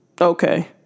okay